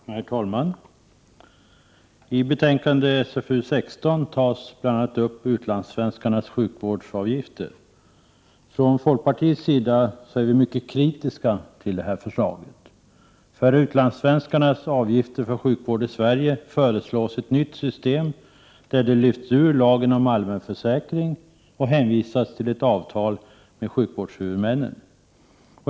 Herr talman! I betänkande SfU 16 berörs bl.a. utlandssvenskarnas sjukvårdsavgifter. Från folkpartiets sida är vi mycket kritiska till förslaget. För utlandssvenskarnas avgifter för sjukvård i Sverige föreslås ett nytt system, där de lyfts ur lagen om allmän försäkring och hänvisas till ett avtal med sjukvårdshuvudmännen.